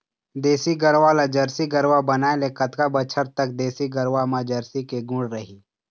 देसी गरवा ला जरसी गरवा बनाए ले कतका बछर तक देसी गरवा मा जरसी के गुण रही?